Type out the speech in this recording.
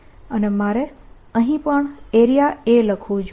અને મારે અહીં પણ એરિયા A લખવું જોઈએ